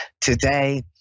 today